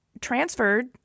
transferred